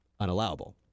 unallowable